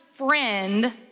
friend